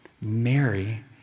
Mary